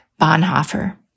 Bonhoeffer